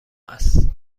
است